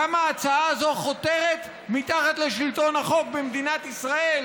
כמה ההצעה הזאת חותרת תחת לשלטון החוק במדינת ישראל,